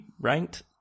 ranked